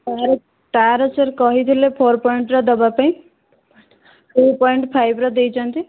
ତାର ସାର୍ କହିଥିଲେ four point ର ଦେବାପାଇଁ ଟୁ ପଏଣ୍ଟ୍ ଫାଇବ ର ଦେଇଛନ୍ତି